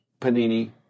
Panini